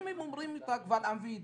אם הם אומרים אותה קבל עם ועדה,